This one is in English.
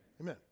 Amen